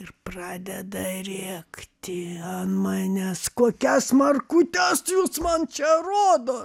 ir pradeda rėkti an manęs kokias markutes jūs man čia rodot